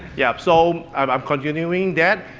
yeah, so, i'm continuing that,